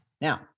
Now